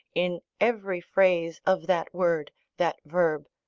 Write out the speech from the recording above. in every phrase, of that word, that verb,